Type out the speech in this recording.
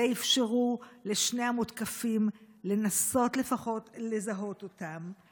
ואפשרו לשני המותקפים לנסות לפחות לזהות אותם?